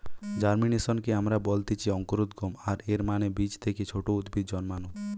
জার্মিনেশনকে আমরা বলতেছি অঙ্কুরোদ্গম, আর এর মানে বীজ থেকে ছোট উদ্ভিদ জন্মানো